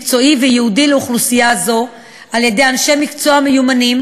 מקצועי וייעודי לאוכלוסייה זו על-ידי אנשי מקצוע מיומנים.